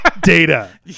Data